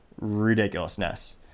ridiculousness